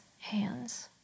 hands